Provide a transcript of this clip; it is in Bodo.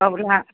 बावला